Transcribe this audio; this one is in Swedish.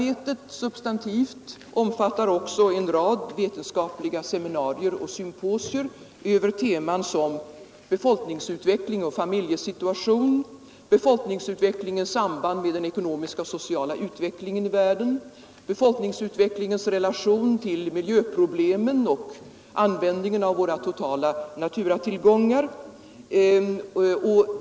Detta substantiella förberedelsearbete omfattar också en rad vetenskapliga seminarier och symposier över teman som befolkningsutveckling och familjesituation, befolkningsutvecklingens samband med den ekonomiska och sociala utvecklingen i världen samt befolkningsutvecklingens relation till miljöproblemen och användningen av våra totala naturtillgångar.